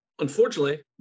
Unfortunately